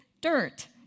dirt